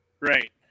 Right